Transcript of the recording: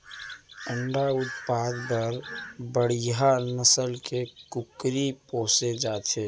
अंडा उत्पादन बर बड़िहा नसल के कुकरी पोसे जाथे